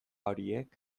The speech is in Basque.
horiek